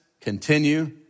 continue